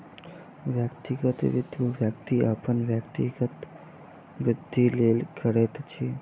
व्यक्तिगत वित्त, व्यक्ति अपन व्यक्तिगत वृद्धिक लेल करैत अछि